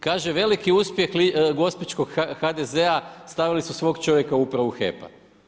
Kaže, veliki uspjeh gospićkog HDZ-a – stavili su svog čovjeka u Upravu HEP-a.